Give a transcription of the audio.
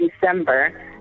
December